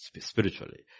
spiritually